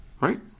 Right